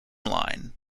line